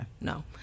no